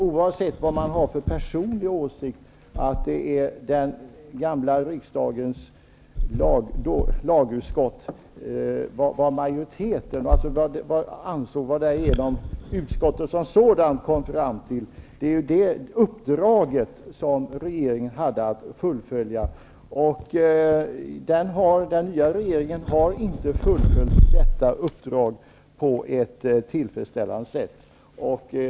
Oavsett vad man har för personlig åsikt är det enligt min mening vad lagutskottets majoritet och därmed utskottet som sådant kom fram till som utgjorde det uppdrag som regeringen hade att fullfölja. Den nya regeringen har inte fullföljt detta uppdrag på ett tillfredsställande sätt.